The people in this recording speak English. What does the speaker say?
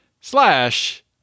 slash